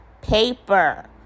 paper